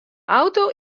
auto